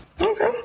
Okay